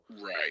right